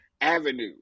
Avenue